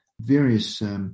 various